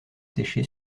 séché